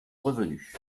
revenu